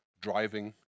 driving